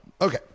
Okay